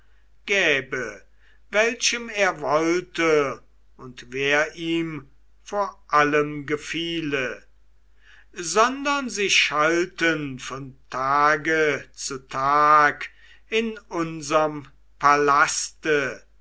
gäbe welchem er wollte und wer ihm vor allen gefiele sondern sie schalten von tage zu tag in unserm